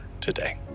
today